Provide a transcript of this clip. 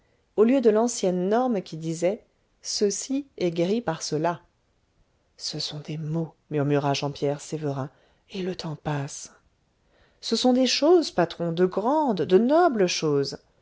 au lieu de l'ancienne norme qui disait ceci est guéri par cela ce sont des mots murmura jean pierre sévérin et le temps passe ce sont des choses patron de grandes de nobles choses